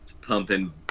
pumping